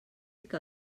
que